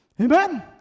Amen